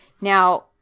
Now